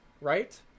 right